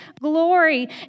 glory